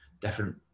different